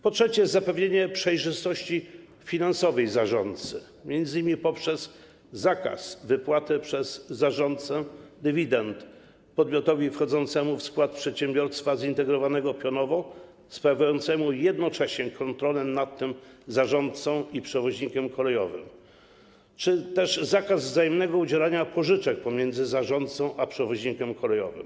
Po trzecie, zapewnienie przejrzystości finansowej zarządcy, m.in. poprzez zakaz wypłaty przez zarządcę dywidend podmiotowi wchodzącemu w skład przedsiębiorstwa zintegrowanego pionowo, sprawującemu jednocześnie kontrolę nad tym zarządcą i przewoźnikiem kolejowym, a także zakaz wzajemnego udzielania pożyczek przez zarządcę i przewoźnika kolejowego.